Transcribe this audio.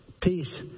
Peace